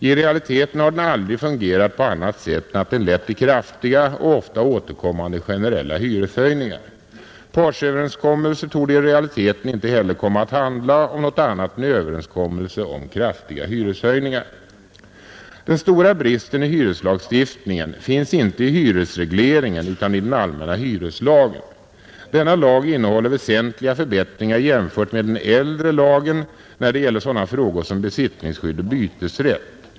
I realiteten har den aldrig fungerat på annat sätt än att den lett till kraftiga och ofta återkommande generella hyreshöjningar. Partsöverenskommelser torde i realiteten inte komma att handla om något annat än kraftiga hyreshöjningar. Den stora bristen i hyreslagstiftningen finns inte i hyresregleringen utan i den allmänna hy reslagen. Denna lag innehåller väsentliga förbättringar jämfört med den äldre lagen när det gäller sådana frågor som besittningsskydd och bytesrätt.